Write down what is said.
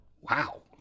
wow